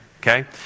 Okay